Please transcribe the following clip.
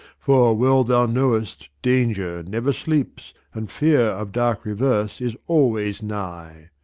for, well thou knowest, danger never sleeps, and fear of dark reverse is always nigh.